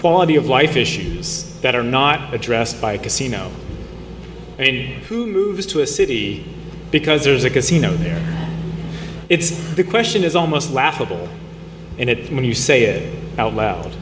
quality of life issues that are not addressed by casino and who moves to a city because there's a casino there it's the question is almost laughable and it when you say it out loud